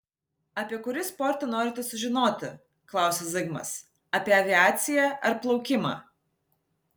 apie kurį sportą norite sužinoti klausia zigmas apie aviaciją ar plaukimą